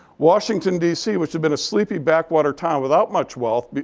washington, dc, which had been a sleepy backwater town without much wealth, but